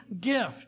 gift